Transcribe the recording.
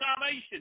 salvation